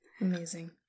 Amazing